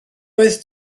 oedd